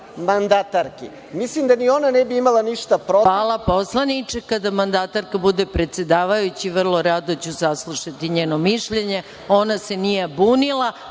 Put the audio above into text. Mislim, da ni ona ne bi imala ništa protiv. **Maja Gojković** Hvala, poslaniče. Kada mandatarka bude predsedavajući vrlo rado ću saslušati njeno mišljenje. Ona se nije bunila,